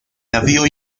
navío